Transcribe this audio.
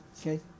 okay